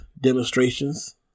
demonstrations